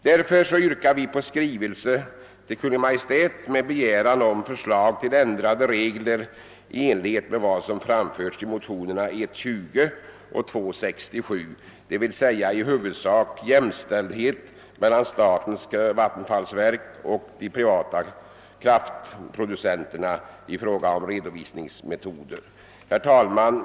Därför yrkar vi på en skrivelse till Kungl. Maj:t med begäran om förslag till ändrade regler i enlighet med vad som framförts i motionerna I:20 och II: 67, d.v.s. i huvudsak jämställdhet mellan statens vattenfallsverk och de privata kraftproducenterna, i fråga om redovisningsmetoder. Herr talman!